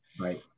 Right